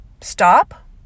stop